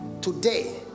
today